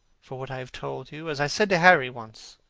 for what i have told you. as i said to harry, once,